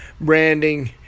branding